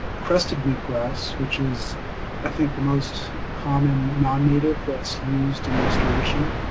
crested wheatgrass which is i think the most common non-native that's used in restoration,